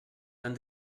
tant